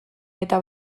eta